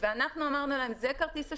ואנחנו אמרנו להם, זה כרטיס אשראי,